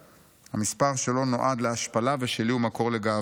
המספר שלו נועד להשפלה ושלי הוא מקור לגאווה'.